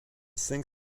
cinq